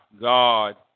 God